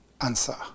answer